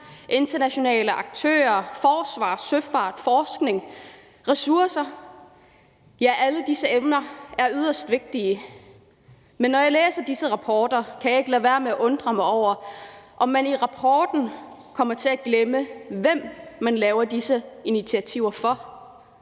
internationale aktører, forsvar, søfart, forskning og ressourcer, og ja, alle disse emner er yderst vigtige, men når jeg læser disse rapporter, kan jeg ikke lade være med at undre mig over, om man i rapporten kommer til at glemme, hvem man laver disse initiativer for.